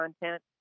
content